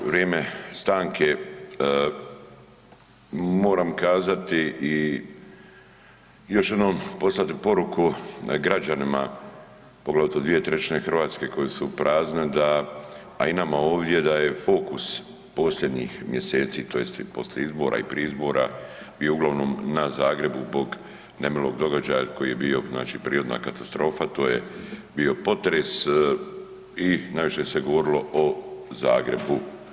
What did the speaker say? Evo vrijeme stanke, moram kazati i još jednom poslati poruku građanima, poglavito 2/3 Hrvatske koje su prazne, da, a i nama ovdje da je fokus posljednjih mjeseci tj. poslije izbora i prije izbora bio uglavnom na Zagrebu zbog nemilog događaja koji je bio, znači prirodna katastrofa, to je bio potres i najviše se govorilo o Zagrebu.